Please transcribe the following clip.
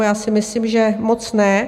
Já si myslím, že moc ne.